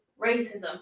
racism